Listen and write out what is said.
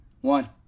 One